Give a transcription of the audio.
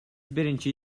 биринчи